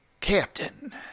captain